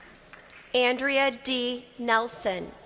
andrea d. nelson.